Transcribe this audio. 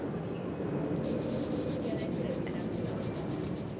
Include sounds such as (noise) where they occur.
(noise)